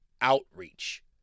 outreach